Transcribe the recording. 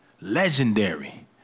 legendary